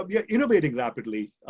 um yeah innovating rapidly.